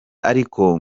ariko